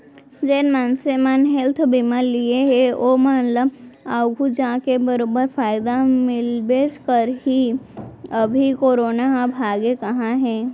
जेन मनसे मन हेल्थ बीमा लिये हें ओमन ल आघु जाके बरोबर फायदा मिलबेच करही, अभी करोना ह भागे कहॉं हे?